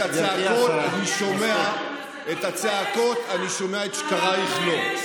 את הצעקות אני שומע, את שקרייך לא.